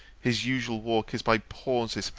his usual walk is by pauses,